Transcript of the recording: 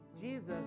Jesus